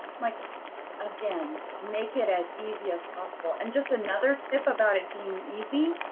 like again, make it as easy as possible. and just another tip about it being easy